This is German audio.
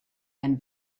ein